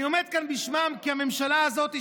אני עומד כאן בשמם כי הממשלה הזאת,